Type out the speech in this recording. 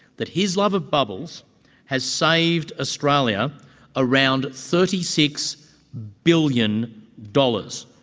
that his love of bubbles has saved australia around thirty six billion dollars.